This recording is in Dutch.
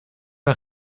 een